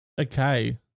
okay